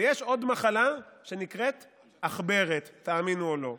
ויש עוד מחלה שנקראת עכברת, תאמינו או לא.